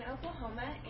Oklahoma